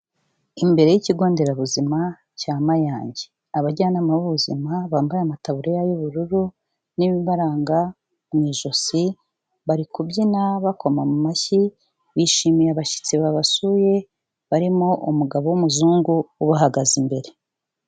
Imbere y'ikigo nderabuzima cya Mayange, abajyanama b'ubuzima bambaye amataburiya y'ubururu n'ibibaranga mu ijosi bari kubyina bakoma amashyi, bishimiye abashyitsi babasuye barimo umugabo w'umuzungu ubahagaze imbere.